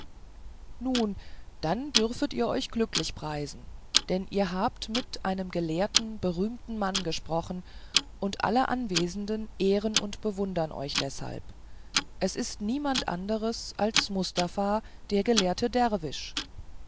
nun dann dürfet ihr euch glücklich preisen denn ihr habt mit einem gelehrten berühmten mann gesprochen und alle anwesenden ehren und bewundern euch deshalb es ist niemand anderes als mustafa der gelehrte derwisch